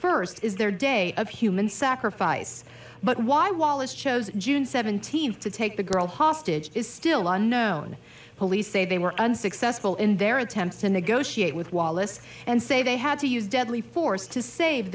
first is their day of human sacrifice but why wallace chose june seventeenth to take the girl hostage is still unknown police say they were unsuccessful in their attempts to negotiate with wallace and say they had to use deadly force to save